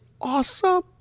awesome